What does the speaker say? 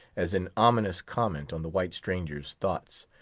as in ominous comment on the white stranger's thoughts.